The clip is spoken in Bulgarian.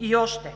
И още: